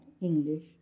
English